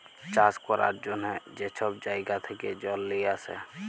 চাষ ক্যরার জ্যনহে যে ছব জাইগা থ্যাকে জল লিঁয়ে আসে